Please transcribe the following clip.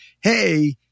hey